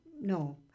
No